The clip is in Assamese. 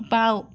বাওঁ